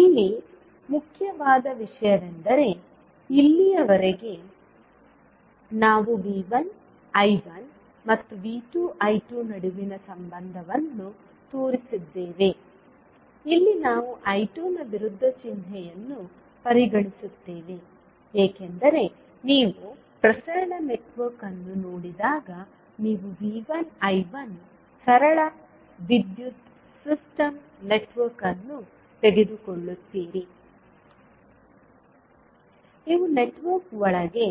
ಇಲ್ಲಿ ಮುಖ್ಯವಾದ ವಿಷಯವೆಂದರೆ ಇಲ್ಲಿಯವರೆಗೆ ನಾವು V1 I1 ಮತ್ತು V2 I2 ನಡುವಿನ ಸಂಬಂಧವನ್ನು ತೋರಿಸಿದ್ದೇವೆ ಇಲ್ಲಿ ನಾವು I2 ನ ವಿರುದ್ಧ ಚಿಹ್ನೆಯನ್ನು ಪರಿಗಣಿಸುತ್ತೇವೆ ಏಕೆಂದರೆ ನೀವು ಪ್ರಸರಣ ನೆಟ್ವರ್ಕ್ ಅನ್ನು ನೋಡಿದಾಗ ನೀವು V1 I1 ಸರಳ ವಿದ್ಯುತ್ ಸಿಸ್ಟಮ್ ನೆಟ್ವರ್ಕ್ ಅನ್ನು ತೆಗೆದುಕೊಳ್ಳುತ್ತೀರಿ ಇವು ನೆಟ್ವರ್ಕ್ ಒಳಗೆ